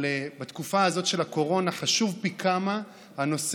אבל בתקופה הזאת של הקורונה חשוב פי כמה הנושא